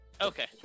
Okay